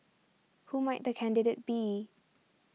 who might the candidate be